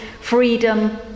freedom